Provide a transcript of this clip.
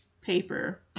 paper